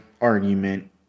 argument